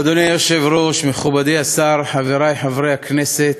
אדוני היושב-ראש, מכובדי השר, חברי חברי הכנסת,